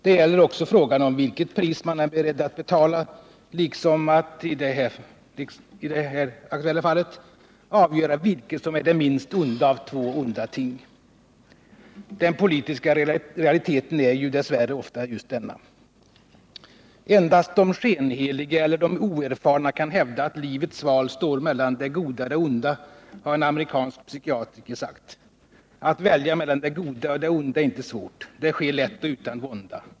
Det gäller också frågan om vilket pris man är beredd att 123 Nr 48 betala liksom att — som i det här aktuella fallet — avgöra vilket som är det minst Onsdagen den onda av två onda ting. Den politiska realiteten är ju dess värre ofta just 6 december 1978 — denna. ”Endast de skenheliga eller de oerfarna kan hävda att livets val står mellan det goda och det onda”, har en amerikansk psykiatriker sagt. Att välja mellan det goda och det onda är inte svårt, det sker lätt och utan vånda.